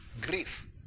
grief